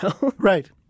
Right